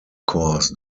course